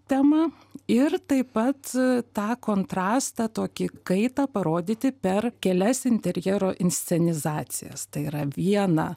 temą ir taip pat tą kontrastą tokį kaitą parodyti per kelias interjero inscenizacijas tai yra vieną